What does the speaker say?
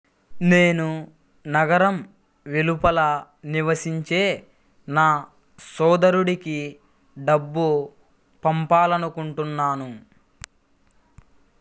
నేను నగరం వెలుపల నివసించే నా సోదరుడికి డబ్బు పంపాలనుకుంటున్నాను